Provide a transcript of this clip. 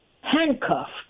handcuffed